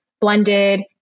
blended